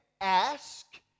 ask